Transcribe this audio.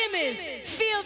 Feel